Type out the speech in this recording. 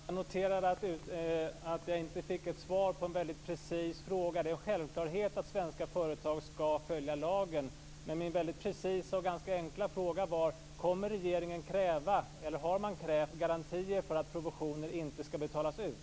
Fru talman! Jag noterar att jag inte fick något svar på en väldigt precis fråga. Det är en självklarhet att svenska företag skall följa lagen, men min väldigt precisa och ganska enkla fråga var: Kommer regeringen att kräva, eller har man krävt, garantier för att provisioner inte skall betalas ut?